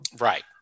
Right